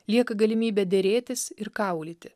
lieka galimybė derėtis ir kaulyti